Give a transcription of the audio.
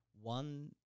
One